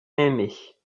aimé